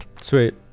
Sweet